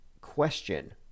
question